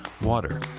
water